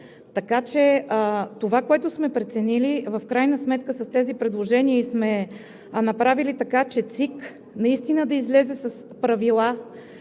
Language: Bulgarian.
Така че това, което сме преценили в крайна сметка с тези предложения, и сме направили така, че ЦИК наистина да излезе с правила,